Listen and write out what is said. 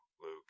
Luke